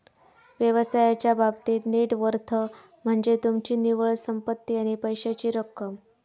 व्यवसायाच्या बाबतीत net worth म्हनज्ये तुमची निव्वळ संपत्ती आणि पैशाची रक्कम